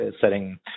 setting